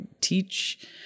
teach